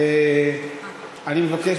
אני מבקש,